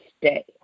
stay